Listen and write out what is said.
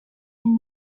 and